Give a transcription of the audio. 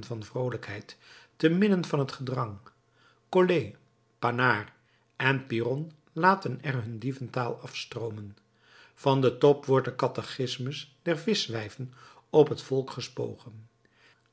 van vroolijkheid te midden van het gedrang collé panard en piron laten er hun dieventaal afstroomen van den top wordt de catechismus der vischwijven op het volk gespogen